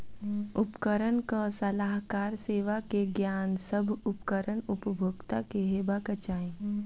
उपकरणक सलाहकार सेवा के ज्ञान, सभ उपकरण उपभोगता के हेबाक चाही